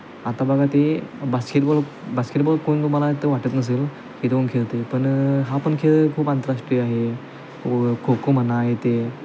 आता बघा ते बास्केटबॉल बास्केटबॉल मला तर वाटत नसेल इथं कोण खेळत आहे पण हा पण खेळ खूप आंतरराष्ट्रीय आहे व खो खो म्हणा आहे ते